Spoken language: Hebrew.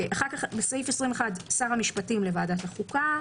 סעיף 21, שר המשפטים לוועדת החוקה.